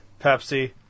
Pepsi